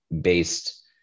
based